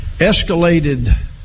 escalated